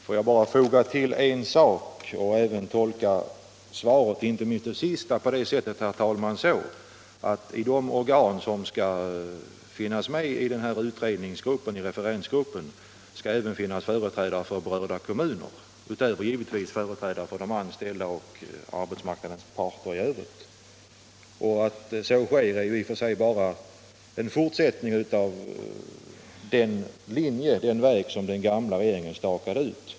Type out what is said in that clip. Herr talman! Får jag bara foga till en sak. Jag vill tolka svaret, och även det senaste inlägget, så att i referensgruppen även skall finnas företrädare för berörda kommuner, och därutöver givetvis företrädare för de anställda och arbetsmarknadens parter i övrigt. Ett sådant tillvägagångssätt är bara en fortsättning på den väg som den gamla regeringen stakade ut.